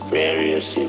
various